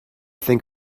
think